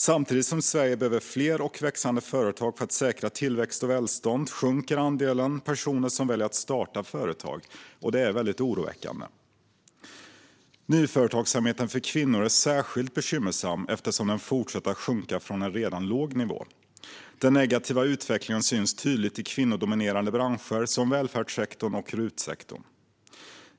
Samtidigt som Sverige behöver fler och växande företag för att säkra tillväxt och välstånd sjunker andelen personer som väljer att starta företag. Det är väldigt oroväckande. Nyföretagsamheten för kvinnor är särskilt bekymmersam, eftersom den fortsätter att sjunka från en redan låg nivå. Den negativa utvecklingen syns tydligt i kvinnodominerade branscher som välfärdssektorn och RUT-sektorn.